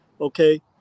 Okay